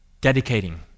dedicating